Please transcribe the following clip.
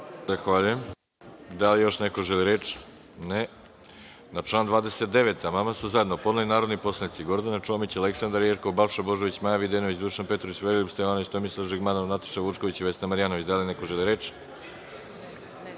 Zahvaljujem. Da li još neko želi reč? (Ne)Na član 29. amandman su zajedno podneli narodni poslanici Gordana Čomić, Aleksandra Jerkov, Balša Božović, Maja Videnović, Dušan Petrović, Veroljub Stevanović, Tomislav Žigmanov, Nataša Vučković i Vesna Marjanović. Da li neko želi reč?